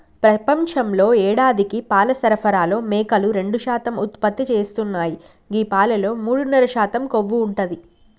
ప్రపంచంలో యేడాదికి పాల సరఫరాలో మేకలు రెండు శాతం ఉత్పత్తి చేస్తున్నాయి గీ పాలలో మూడున్నర శాతం కొవ్వు ఉంటది